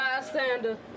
bystander